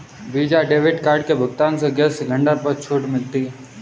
visa debit card के भुगतान से गैस सिलेंडर पर छूट मिलती है